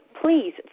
please